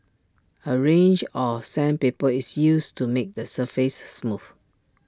A range of sandpaper is used to make the surface smooth